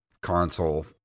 console